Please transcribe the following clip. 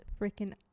freaking